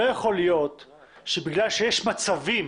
לא יכול להיות שבגלל שיש מצבים